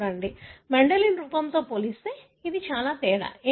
Mendelian రూపంతో పోలిస్తే చాలా తేడా ఏమిటి